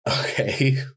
Okay